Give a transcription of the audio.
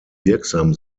wirksam